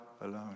alone